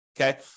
okay